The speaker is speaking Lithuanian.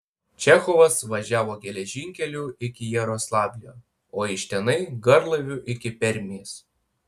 čechovas važiavo geležinkeliu iki jaroslavlio o iš tenai garlaiviu iki permės